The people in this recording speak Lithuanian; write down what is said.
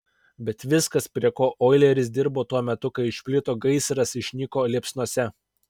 bet viskas prie ko oileris dirbo tuo metu kai išplito gaisras išnyko liepsnose